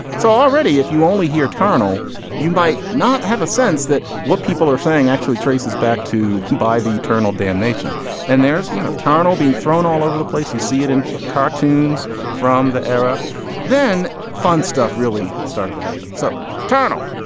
so already if you only hear turnell you might not have a sense that what people are saying actually traces back to by the eternal damnation and there's no tunnel being thrown all over the place you see it in cartoons from the era then. fun stuff really started to happen. so tunnel.